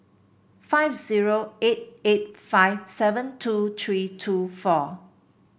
five zero eight eight five seven two three two four